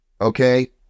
Okay